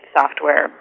software